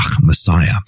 Messiah